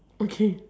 okay